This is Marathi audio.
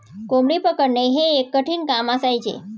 कोंबडी पकडणे हे एक कठीण काम असायचे